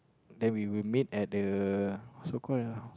then we will meet at the so call